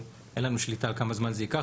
אין לנו שליטה על כמה זמן זה ייקח,